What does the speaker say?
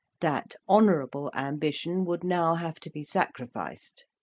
that honourable ambition would now have to be sacrificed.